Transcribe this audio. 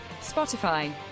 Spotify